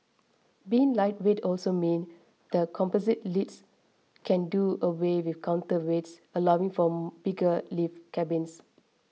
being lightweight also means the composite lifts can do away with counterweights allowing for bigger lift cabins